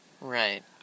right